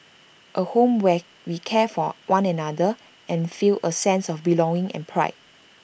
A home where we care for one another and feel A sense of belonging and pride